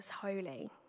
holy